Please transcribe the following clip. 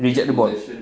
reject the balls